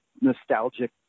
nostalgic